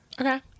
Okay